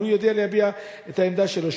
אבל הוא יודע להביע את העמדה שלו.